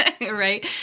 Right